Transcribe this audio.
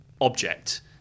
object